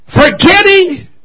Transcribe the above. forgetting